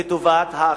לטובת האחרונים.